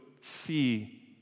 see